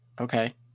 okay